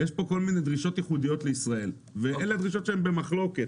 יש פה כל מיני דרישות ייחודיות לישראל ואלה הדרישות שהן במחלוקת.